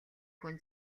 хүн